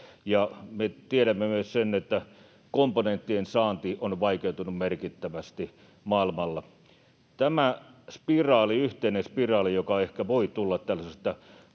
me tiedämme myös sen, että komponenttien saanti on vaikeutunut merkittävästi maailmalla. Tämä spiraali, yhteinen spiraali, joka ehkä voi tulla